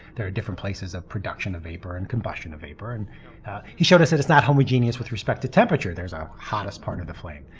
there are different places of production of vapor and combustion of vapor and he showed us that it is not homogeneous with respect to temperature. there's a hottest part of the flame.